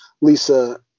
Lisa